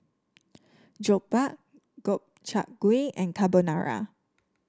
Jokbal Gobchang Gui and Carbonara